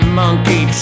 monkey